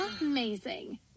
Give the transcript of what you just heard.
amazing